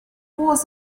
was